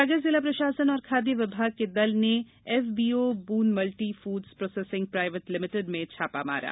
सागर जिला प्रशासन एवं खाद्य विभाग के दल नेएफबीओ brand multi foods processing private limited में छापा मारा